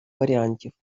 варіантів